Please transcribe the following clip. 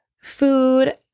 food